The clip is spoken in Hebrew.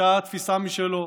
הייתה תפיסה משלו.